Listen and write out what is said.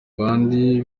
abandi